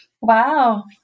Wow